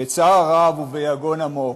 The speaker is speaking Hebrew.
בצער רב וביגון עמוק"